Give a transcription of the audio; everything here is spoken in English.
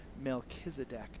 Melchizedek